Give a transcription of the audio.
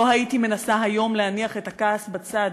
לא הייתי מנסה היום להניח את הכעס בצד,